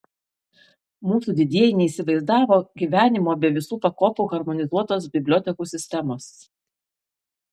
mūsų didieji neįsivaizdavo gyvenimo be visų pakopų harmonizuotos bibliotekų sistemos